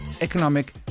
economic